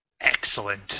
Excellent